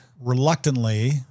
reluctantly